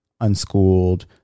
unschooled